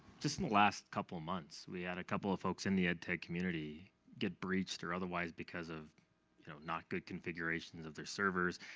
just in the last couple of months, we had a couple of folks in the ed tech community get breached, or otherwise, because of you know not-good configurations of their servers.